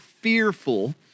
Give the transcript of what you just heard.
fearful